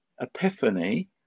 epiphany